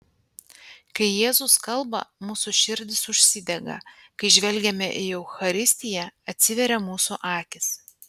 kai jėzus kalba mūsų širdys užsidega kai žvelgiame į eucharistiją atsiveria mūsų akys